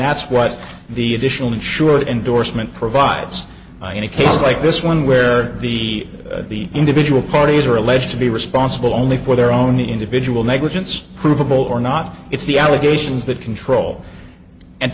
that's what the additional insurer endorsement provides in a case like this one where the individual parties are alleged to be responsible only for their own individual negligence provable or not it's the allegations that control and